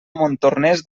montornès